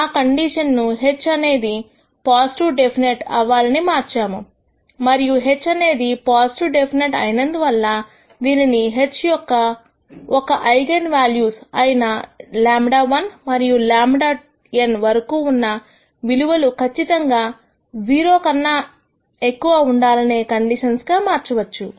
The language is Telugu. ఆ కండిషన్ ను H అనేది పాజిటివ్ డెఫినెట్ అవ్వాలని మార్చాము మరియు H అనేది పాజిటివ్ డెఫినెట్ అయినందువల్ల దీనిని H యొక్క ఒక ఐగన్ వాల్యూస్ అయిన λ1 నుండి λn వరకు ఉన్న విలువలు కచ్చితంగా 0 కన్నా ఎక్కువ ఉండాలనే కండిషన్స్ గా మార్చవచ్చు